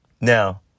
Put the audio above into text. Now